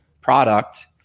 Product